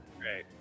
great